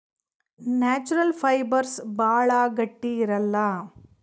natural fibres ಭಾಳ ಗಟ್ಟಿ ಇರಲ್ಲ